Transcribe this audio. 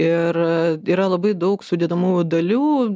ir yra labai daug sudedamųjų dalių